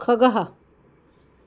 खगः